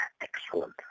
excellent